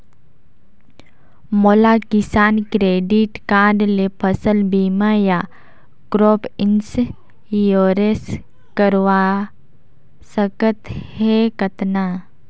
मोला किसान credit card ले फसल बीमा या क्रॉप इंश्योरेंस करवा सकथ हे कतना?